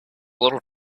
little